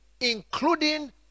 including